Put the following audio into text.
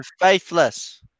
faithless